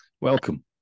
welcome